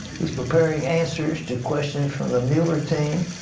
he is preparing answers to questions from the mueller team,